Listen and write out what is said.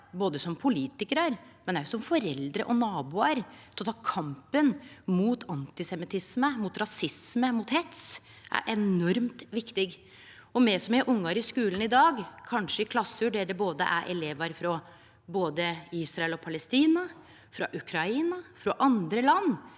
både som politikarar og som foreldre og naboar, til å ta kampen mot antisemittisme, mot rasisme og mot hets, er enormt viktig. Me som har ungar i skulen i dag, kanskje i klasser der det er elevar frå både Israel og Palestina, frå Ukraina og frå andre land,